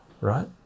right